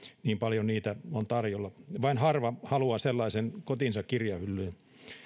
niin paljon niitä on tarjolla vain harva haluaa sellaisen kotiinsa kirjahyllyyn